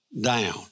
down